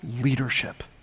Leadership